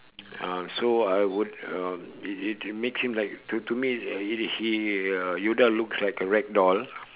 uh so I would uh it it it makes him like to to me uh he he uh yoda looks like a rag doll